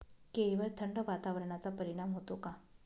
केळीवर थंड वातावरणाचा परिणाम होतो का?